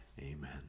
Amen